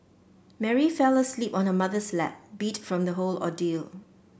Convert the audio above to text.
Mary fell asleep on her mother's lap beat from the whole ordeal